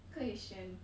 可以选